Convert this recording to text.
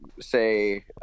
say